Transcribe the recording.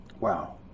Wow